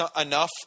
enough